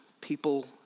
people